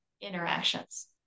interactions